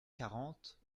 quarante